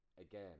again